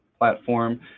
platform